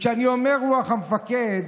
וכשאני אומר "רוח המפקד"